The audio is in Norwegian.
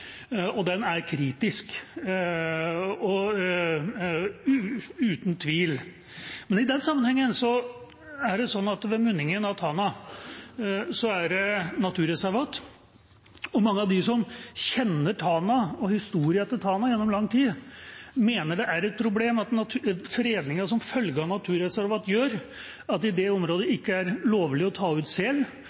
den er uten tvil kritisk. Ved munningen av Tana er det naturreservat, og mange av dem som kjenner Tana og historien til Tana gjennom lang tid, mener det er et problem at fredningen som følge av naturreservat gjør at det i det området ikke er lovlig å ta ut